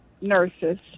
nurses